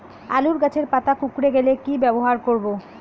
আলুর গাছের পাতা কুকরে গেলে কি ব্যবহার করব?